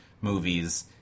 movies